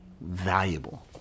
valuable